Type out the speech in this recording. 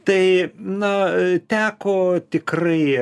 tai na teko tikrai